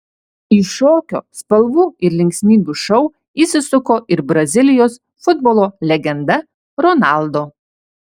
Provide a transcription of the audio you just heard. į šokio spalvų ir linksmybių šou įsisuko ir brazilijos futbolo legenda ronaldo